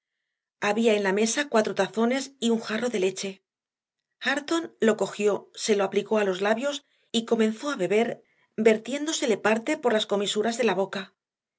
abía en la mesa cuatro tazonesy un jarro de leche h areton lo cogió se lo aplicó a los labios y comenzó a beber vertiéndoseleparteporlascomisurasdela boca